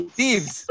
thieves